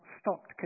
stopped